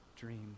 Dream